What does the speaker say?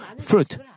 fruit